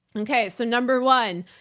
okay, so number one,